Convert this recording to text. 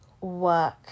work